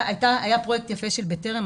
היה פרויקט יפה של בטרם,